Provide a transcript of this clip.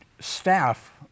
staff